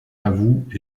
avoue